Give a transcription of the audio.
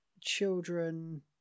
children